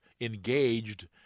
engaged